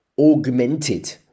Augmented